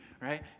right